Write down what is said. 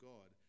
God